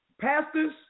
pastors